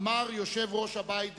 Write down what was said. אמר יושב-ראש הבית דאז,